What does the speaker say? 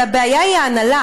אבל הבעיה היא ההנהלה.